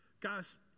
Guys